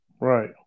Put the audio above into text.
Right